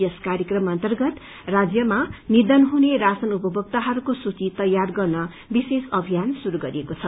यस कार्यक्रम अन्तर्गत राज्यमा निधन हुने राशन उपभोक्ताहरूको सूची तयार गर्न विशेष अभियान श्रुरू गरिएको छ